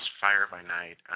fire-by-night